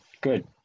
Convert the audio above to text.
Good